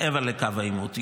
שמעבר לקו העימות.